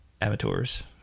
amateurs